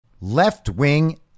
Left-wing